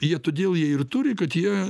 jie todėl jie ir turi kad jie